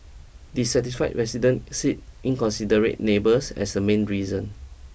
dissatisfied residents sit inconsiderate neighbours as a main reason